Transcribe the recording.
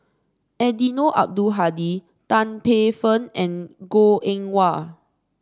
Eddino Abdul Hadi Tan Paey Fern and Goh Eng Wah